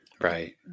Right